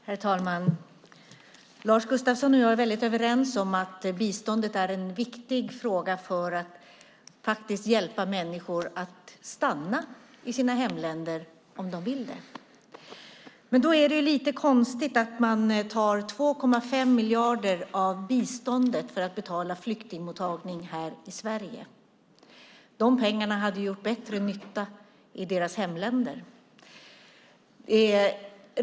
Herr talman! Lars Gustafsson och jag är väldigt överens om att biståndet är en viktig fråga när det gäller att faktiskt hjälpa människor att stanna i sina hemländer, om de vill det. Men då är det lite konstigt att man tar 2,5 miljarder av biståndet för att betala flyktingmottagning här i Sverige. De pengarna hade gjort bättre nytta i deras hemländer.